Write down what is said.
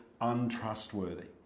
untrustworthy